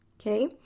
okay